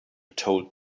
told